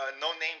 no-name